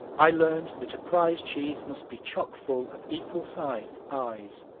i learned that a prize cheese must be chock-full of equal-sized eyes,